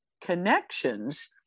connections